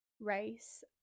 race